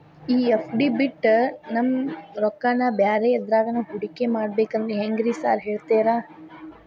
ಈ ಎಫ್.ಡಿ ಬಿಟ್ ನಮ್ ರೊಕ್ಕನಾ ಬ್ಯಾರೆ ಎದ್ರಾಗಾನ ಹೂಡಿಕೆ ಮಾಡಬೇಕಂದ್ರೆ ಹೆಂಗ್ರಿ ಸಾರ್ ಹೇಳ್ತೇರಾ?